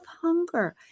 hunger